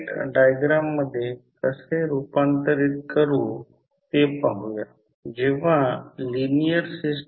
त्याकडे बघा कधीकधी अशा प्रकारचे इलेक्ट्रिकल सर्किट पाहून गोंधळून जाऊ नये अशा प्रकारचे सर्किट काळजीपूर्वक पहा की हे कसे जोडलेले आहे आणि त्यानुसार ते करेल